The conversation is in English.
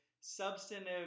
substantive